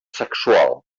sexual